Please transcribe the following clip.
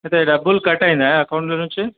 అయితే డబ్బులు కట్ అయ్యాయా అకౌంట్లో నుంచి